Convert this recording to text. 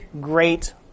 great